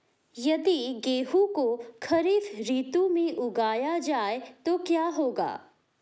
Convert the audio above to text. यदि गेहूँ को खरीफ ऋतु में उगाया जाए तो क्या होगा?